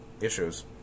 issues